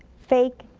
fake!